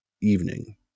evening